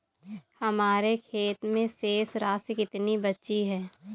हमारे खाते में शेष राशि कितनी बची है?